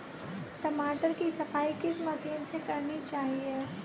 टमाटर की सफाई किस मशीन से करनी चाहिए?